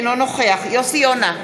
אינו נוכח יוסי יונה,